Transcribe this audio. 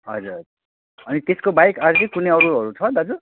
हजुर अनि त्यसको बाहेक अरू चाहिँ कुनै अरूहरू छ दाजु